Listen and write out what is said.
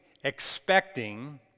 expecting